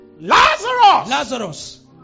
Lazarus